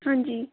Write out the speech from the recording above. ਹਾਂਜੀ